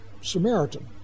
Samaritan